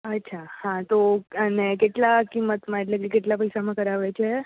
અ છા હા તો અને કેટલા કિંમતમાં એટલે કે કેટલા પૈસામાં કરાવે છે